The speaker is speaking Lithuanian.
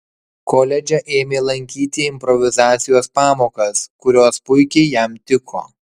koledže ėmė lankyti improvizacijos pamokas kurios puikiai jam tiko